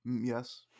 Yes